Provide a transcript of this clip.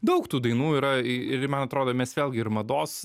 daug tų dainų yra ir man atrodo mes vėlgi ir mados